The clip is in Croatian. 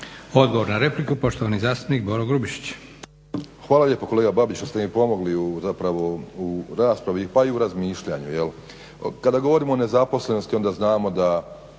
Odgovor na repliku, poštovani zastupnik Boro Grubišić.